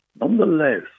nonetheless